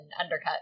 undercut